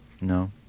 No